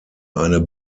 eine